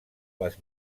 les